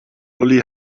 uli